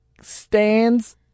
stands